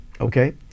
Okay